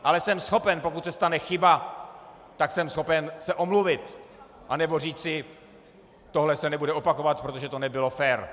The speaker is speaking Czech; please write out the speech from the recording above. Ale jsem schopen, pokud se stane chyba, tak jsem schopen se omluvit nebo říci, tohle se nebude opakovat, protože to nebylo fér.